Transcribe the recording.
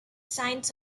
signs